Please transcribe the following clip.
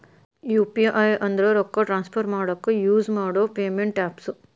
UPI ಅಂದ್ರ ರೊಕ್ಕಾ transfer ಮಾಡಾಕ ಯುಸ್ ಮಾಡೋ ಪೇಮೆಂಟ್ ಆಪ್ಸ್